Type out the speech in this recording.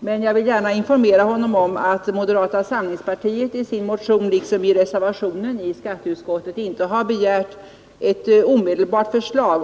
Men jag vill informera herr Sundkvist om att moderata samlingspartiet i sin motion liksom i reservationen i frågan vid skatteutskottets betänkande inte har begärt ett omedelbart förslag.